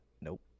Nope